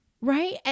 right